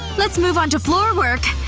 let's move onto floor work.